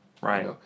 Right